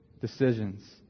decisions